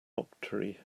octree